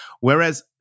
Whereas